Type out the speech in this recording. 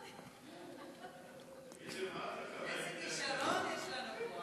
איזה כישרון יש לנו.